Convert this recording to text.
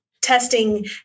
testing